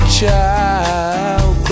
child